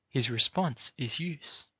his response is use.